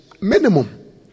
minimum